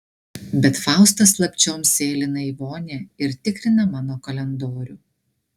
bet faustas slapčiom sėlina į vonią ir tikrina mano kalendorių